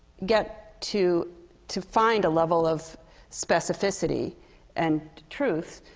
get to to find a level of specificity and truth.